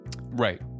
Right